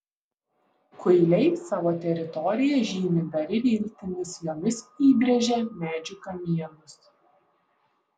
kuiliai savo teritoriją žymi dar ir iltimis jomis įbrėžia medžių kamienus